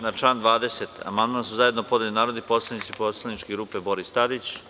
Na član 20. amandman su zajedno podneli narodni poslanici poslaničke grupe Boris Tadić.